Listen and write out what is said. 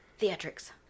Theatrics